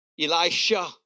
Elisha